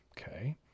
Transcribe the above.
Okay